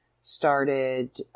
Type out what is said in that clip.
started